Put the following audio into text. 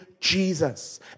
jesus